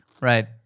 Right